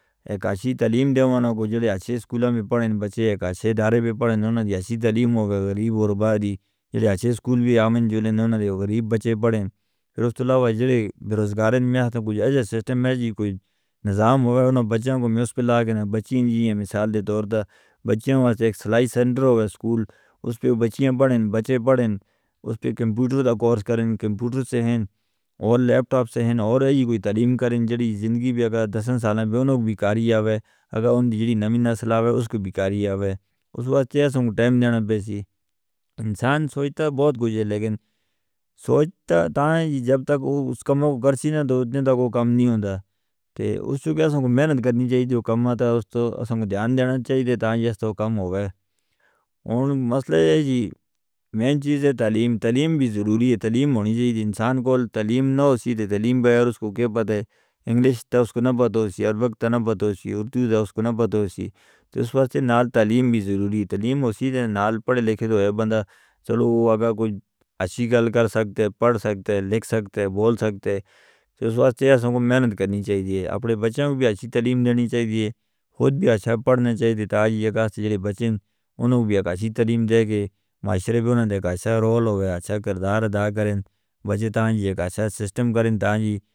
کاشی تعلیم دےوانا کو جدے اچھے سکولوں میں پڑھیں بچے، اچھے دارے میں پڑھیں انہوں نے دیسی تعلیم ہو، غریب غربہ دی، جدے اچھے سکول بھی آمن جلے انہوں نے دیسی تعلیم ہو گئے غریب بچے پڑھیں۔ رسول اللہ وہ جڑے بروزگار ہیں میں آتا پوچھا، اگر سسٹم ہے جی کوئی نظام ہویا انہوں نے بچوں کو میوس پہ لاغے انہیں بچین جی ہیں مثال دے طور پر بچوں واسطے ایک سلائی سینٹر ہویا سکول، اس پہ بچیاں پڑھیں، بچے پڑھیں اس پہ کمپیوٹر دا کورس کریں، کمپیوٹر سے ہیں، اور لیپ ٹاپ سے ہیں اور ایہی کوئی تعلیم کریں۔ جدی زندگی بھی اگر دس سالہ میں انہوں نے بھی کاری آوے اگر انہوں نے نئی نسل آوے اس کو بھی کاری آوے اس واسطے ہیں ہم ٹائم دینا نہ بیسی انسان سوچتا بہت کچھ ہے لیکن سوچتا تاں ہیں جب تک اس کا موہ کرسی نہ تو اتنے تک وہ کام نہیں ہوندا۔ اس سے کیا ہم محنت کرنی چاہیے جو کام آتا ہے اس سے دھیان دینا چاہیے تاں ہی اس سے کام ہو گئے۔ اب مسئلہ یہ ہے کہ مین چیز ہے تعلیم، تعلیم بھی ضروری ہے۔ تعلیم ہونی چاہیے انسان کو، تعلیم نہ ہو سیدہ تعلیم بغیر اس کو کیا پتا ہے؟ انگلیش دا اس کو نہ پتا ہو سیدہ اردو دا اس کو نہ پتا ہو سیدہ۔ اس واسطے نال تعلیم بھی ضروری ہے۔ تعلیم ہو سیدہ نال پڑھے لکھے دوئے بندہ چلو وہ اگر کوئی اچھی گل کر سکتے پڑھ سکتے لکھ سکتے بول سکتے۔ اس واسطے ہیں ہم کو محنت کرنی چاہیے اپنے بچوں بھی اچھی تعلیم دینی چاہیے خود بھی اچھا پڑھنا چاہیے تاں جی ایک آس جڑے بچے انہوں بھی اچھی تعلیم دے کے معاشرے بھی ان کے اچھا رول ہو گیا اچھا کردار ادا کریں۔ بجتان جی ایک آس سسٹم کریں تاں جی.